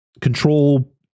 control